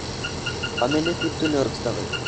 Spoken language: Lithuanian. pameni kaip tu niurgzdavai